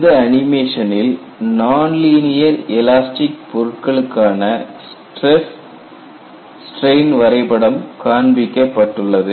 இந்த அனிமேஷனில் nonlinear elastic பொருட்களுக்கான ஸ்டிரஸ் ஸ்ட்ரெயின் வரைபடம் காண்பிக்கப்பட்டுள்ளது